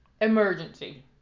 emergency